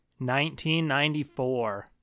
1994